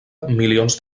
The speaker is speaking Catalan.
milions